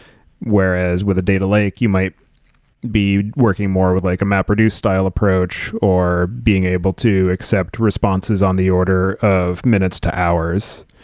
whereas with a data lake, you might be working more with like a mapreduce style approach or being able to accept responses on the order of minutes to hours.